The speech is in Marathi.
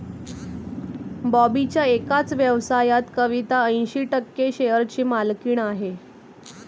बॉबीच्या एकाच व्यवसायात कविता ऐंशी टक्के शेअरची मालकीण आहे